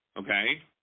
okay